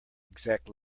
exact